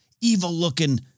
evil-looking